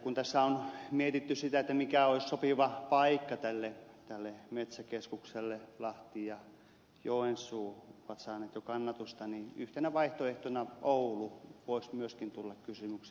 kun tässä on mietitty sitä mikä olisi sopiva paikka tälle metsäkeskukselle lahti ja joensuu ovat saaneet jo kannatusta niin yhtenä vaihtoehtona oulu voisi myöskin tulla kysymykseen